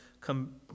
come